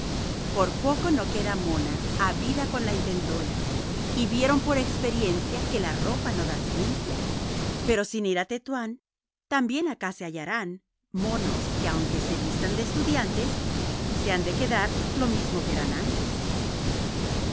por poco no queda mona a vida con la intentona y vieron por experiencia que la ropa no da ciencia pero sin ir a tetuán también acá se hallarán monos que aunque se vistan de estudiantes se han de quedar lo mismo que eran antes